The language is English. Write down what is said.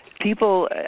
people